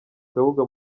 kabuga